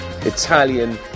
Italian